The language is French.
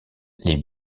les